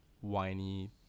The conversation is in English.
whiny